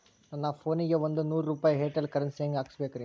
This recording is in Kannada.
ನನ್ನ ಫೋನಿಗೆ ಒಂದ್ ನೂರು ರೂಪಾಯಿ ಏರ್ಟೆಲ್ ಕರೆನ್ಸಿ ಹೆಂಗ್ ಹಾಕಿಸ್ಬೇಕ್ರಿ?